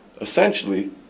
essentially